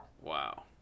Wow